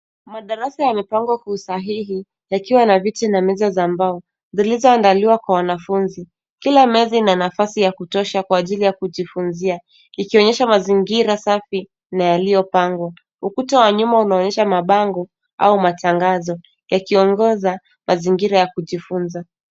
Madarasa yamepangwa kwa usahihi yakiwa na viti na meza za mbao, zilizo andaliwa kwa wanafunzi. Kila meza ina nafasi ya kutosha kwa ajili ya kujifunzia, ikionyesha mazingira safi na yalio pangwa. Ukuta wa nyuma unaonyesha mabango au matangazo yakiongoza mazingira ya kujifunza.